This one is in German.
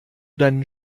deinen